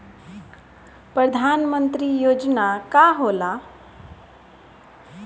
परधान मंतरी योजना का होला?